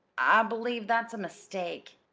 i believe that's a mistake?